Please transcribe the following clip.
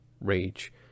rage